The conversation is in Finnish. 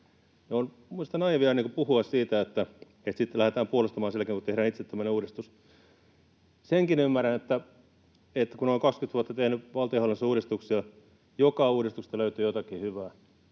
on naiivia puhua siitä, että sitten lähdetään puolustamaan sen jälkeen, kun tehdään itse tämmöinen uudistus. Senkin ymmärrän, kun olen 20 vuotta tehnyt valtionhallinnossa uudistuksia, että joka uudistuksesta löytyy jotakin hyvää.